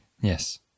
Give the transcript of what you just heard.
Yes